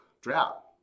drought